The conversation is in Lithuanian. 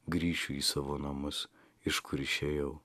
grįšiu į savo namus iš kur išėjau